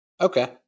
Okay